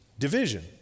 division